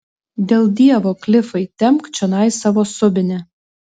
dėl dievo klifai tempk čionai savo subinę